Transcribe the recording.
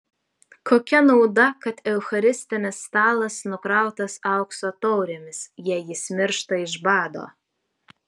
kokia nauda kad eucharistinis stalas nukrautas aukso taurėmis jei jis miršta iš bado